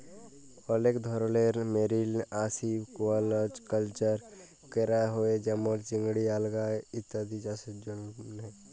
অলেক ধরলের marine aquaculture ক্যরা হ্যয়ে যেমল চিংড়ি, আলগা ইত্যাদি চাসের জন্হে